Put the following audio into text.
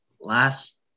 Last